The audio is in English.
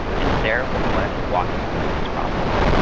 and sara will go ahead and walk you through this process.